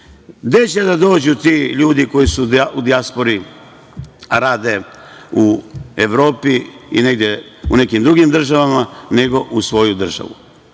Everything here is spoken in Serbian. će da dođu ti ljudi koji žive u dijaspori, a rade u Evropi i negde u nekim drugim državama, nego ovde u svoju državu.